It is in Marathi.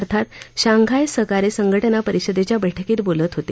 अर्थात शांघाय सहकार्य संघटना परिषदेच्या बैठकीत बोलत होते